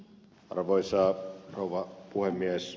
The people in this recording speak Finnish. arvoisa rouva puhemies